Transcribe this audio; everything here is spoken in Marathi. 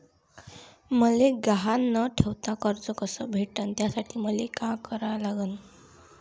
मले गहान न ठेवता कर्ज कस भेटन त्यासाठी मले का करा लागन?